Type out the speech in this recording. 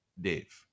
Dave